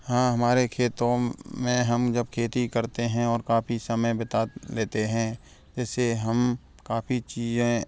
हाँ हमारे खेतों में हम जब खेती करते हैं और काफ़ी समय बिता भी देते हैं इससे हम काफ़ी चीज़ें